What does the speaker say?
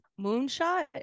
Moonshot